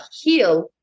heal